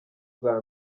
bwa